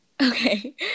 Okay